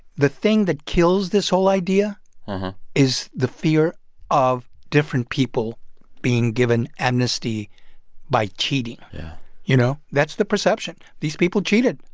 the thing that kills this whole idea is the fear of different people being given amnesty by cheating yeah you know, that's the perception. these people cheated.